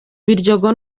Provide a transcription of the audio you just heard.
biryogo